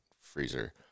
freezer